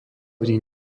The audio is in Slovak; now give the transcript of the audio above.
nich